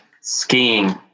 skiing